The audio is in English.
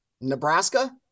Nebraska